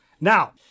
Now